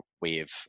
wave